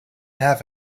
have